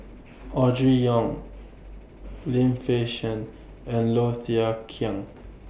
Audrey Yong Lim Fei Shen and Low Thia Khiang